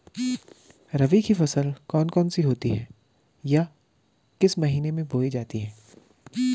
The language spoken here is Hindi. रबी की फसल कौन कौन सी होती हैं या किस महीने में बोई जाती हैं?